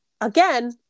again